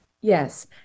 yes